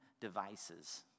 devices